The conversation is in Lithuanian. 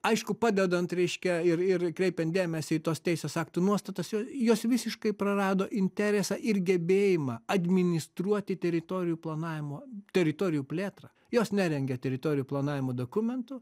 aišku padedant reiškia ir ir kreipiant dėmesį į tos teisės aktų nuostatas jo jos visiškai prarado interesą ir gebėjimą administruoti teritorijų planavimo teritorijų plėtrą jos nerengia teritorijų planavimo dokumentų